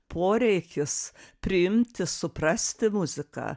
poreikis priimti suprasti muziką